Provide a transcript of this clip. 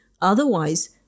Otherwise